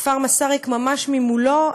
כפר מסריק ממש מולו,